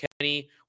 Kenny